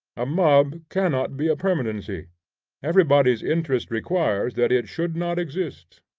a mob cannot be a permanency everybody's interest requires that it should not exist,